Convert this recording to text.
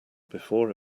before